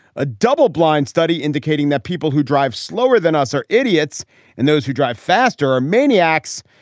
a double blind study indicating that people who drive slower than us are idiots and those who drive faster are maniacs.